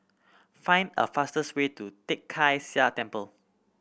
find A fastest way to Tai Kak Seah Temple